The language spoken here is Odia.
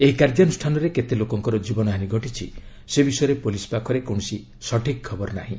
ଏହି କାର୍ଯ୍ୟାନୁଷାନରେ କେତେ ଲୋକଙ୍କର ଜୀବନହାନୀ ଘଟିଛି ସେ ବିଷୟରେ ପୋଲିସ ପାଖରେ କୌଣସି ସଠିକ୍ ଖବର ନାହିଁ